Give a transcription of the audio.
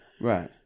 Right